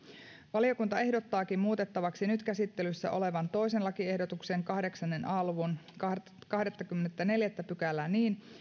valiokunta ehdottaakin muutettavaksi nyt käsittelyssä olevan toisen lakiehdotuksen kahdeksan a luvun kahdettakymmenettäneljättä pykälää niin